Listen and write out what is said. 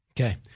Okay